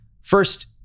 first